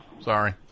Sorry